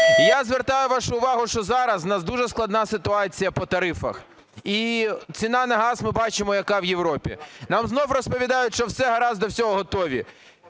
я звертаю вашу увагу, що зараз у нас дуже складна ситуація по тарифах. І ціна на газ ми бачимо, яка в Європі. Нам знову розповідають, що все гаразд, до всього готові.